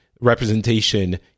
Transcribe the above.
representation